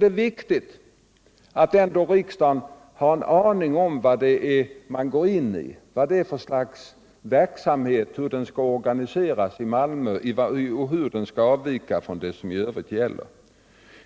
Det är viktigt att riksdagen har en aning om vilket slags verksamhet som skall bedrivas, hur den skall organiseras och hur den kan tänkas avvika från vad som i övrigt gäller.